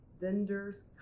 vendors